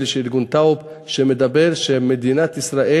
נדמה לי של מרכז טאוב, על כך שבמדינת ישראל,